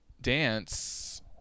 dance